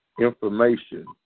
information